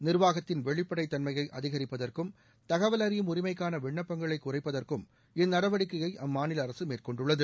நிர்வாகத்தின் வெளிப்படை தன்மையை அதிகரிப்பதற்கும் தகவல் அறியும் உரிமைக்கான விண்ணப்பங்களை குறைப்பதற்கும் இந்நடவடிக்கையை அம்மாநில அரசு மேற்கொண்டுள்ளது